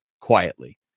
quietly